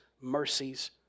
mercies